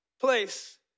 place